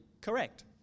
correct